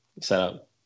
setup